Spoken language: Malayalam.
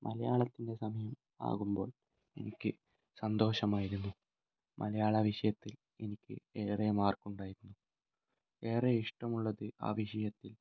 മലയാളത്തിൻ്റെ സമയം ആകുമ്പോൾ എനിക്ക് സന്തോഷമായിരുന്നു മലയാളവിഷയത്തിൽ എനിക്ക് ഏറെ മാർക്കുണ്ടായിരുന്നു ഏറെ ഇഷ്ടമുള്ളത് ആ വിഷയത്തിൽ